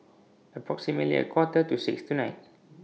approximately A Quarter to six tonight